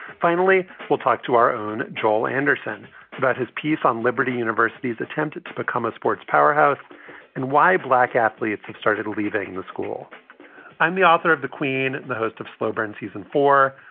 finally, we'll talk to our own joel anderson about his piece on liberty university's attempt to become a sports powerhouse and why black athletes started leaving the school i'm the author of the queen and the host of slow burn season four.